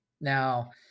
Now